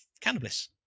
cannabis